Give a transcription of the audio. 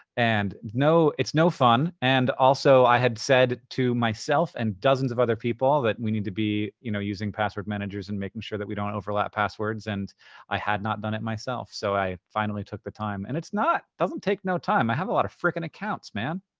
and it's no fun. and also, i had said to myself and dozens of other people that you need to be you know using password managers and making sure that we don't overlap passwords, and i had not done it myself. so i finally took the time. and it's not, doesn't take no time. i have a lot of frickin' accounts, man.